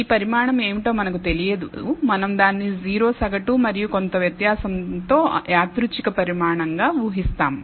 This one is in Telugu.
ఈ పరిమాణం ఏమిటో మనకు తెలియదు మనం దానిని 0 సగటు మరియు కొంత వ్యత్యాసంతో యాదృచ్ఛిక పరిమాణం గా ఊహిస్తాము